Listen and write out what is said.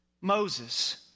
Moses